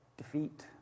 Defeat